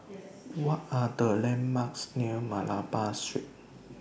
What Are The landmarks near Malabar Street